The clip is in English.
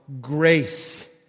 grace